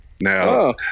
Now